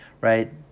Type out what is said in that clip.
right